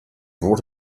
brought